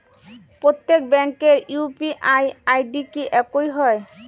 প্রত্যেক ব্যাংকের UPI ID কি একই হয়?